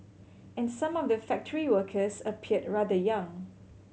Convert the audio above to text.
and some of the factory workers appeared rather young